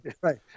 right